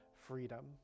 freedom